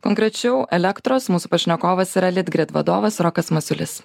konkrečiau elektros mūsų pašnekovas yra litgrid vadovas rokas masiulis